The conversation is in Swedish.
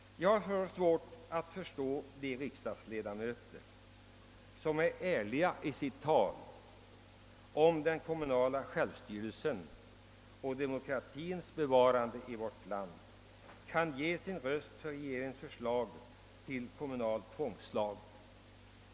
Jag har svårt att förstå att de riksdagsledamöter som är ärliga i sitt tal om betydelsen av den kommunala självstyrelsen och demokratins bevarande i vårt land kan rösta för regeringens förslag till tvångslag.